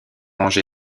rangé